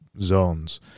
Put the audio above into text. zones